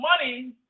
money